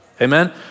Amen